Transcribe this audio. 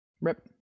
rip